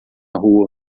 rua